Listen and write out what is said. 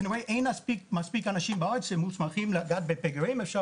כי אין מספיק אנשים בארץ שמוסמכים לגעת בפגרים.